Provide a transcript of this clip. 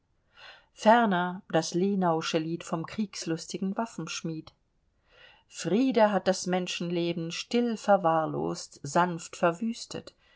ferner das lenausche lied vom kriegslustigen waffenschmied friede hat das menschenleben still verwahrlost sanft verwüstet